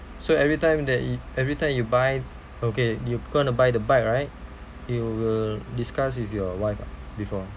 so every time that you every time you buy okay you gonna buy the bike right you will discuss with your wife uh before